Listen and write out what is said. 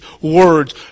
words